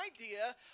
idea